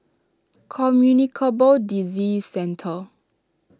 Communicable Disease Centre